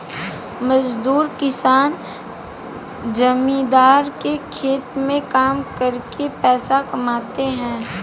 मजदूर किसान जमींदार के खेत में काम करके पैसा कमाते है